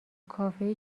کافه